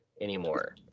anymore